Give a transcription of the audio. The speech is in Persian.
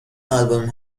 آلبوم